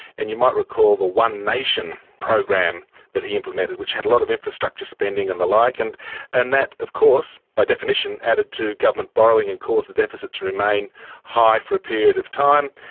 and you might recall the one nation program that he implemented which had a lot of infrastructure spending and the like, and and that of course by definition added to government borrowing and caused the deficit to remain high for a period time.